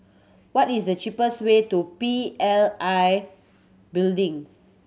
what is the cheapest way to P L I Building